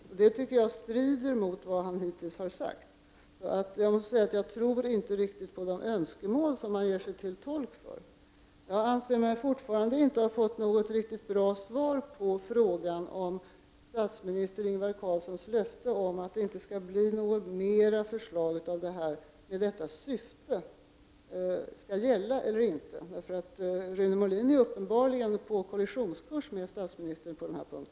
Jag tycker att det strider mot det som han hittills har sagt. Jag måste därför säga att jag inte riktigt tror på de önskemål som han gör sig till talesman för. Jag anser mig fortfarande inte ha fått något riktigt svar på frågan om statsminister Ingvar Carlssons löfte om att det inte skall bli något mera förslag med samma syfte skall gälla eller inte. Rune Molin är uppenbarligen på kollisionskurs med statsministern på denna punkt.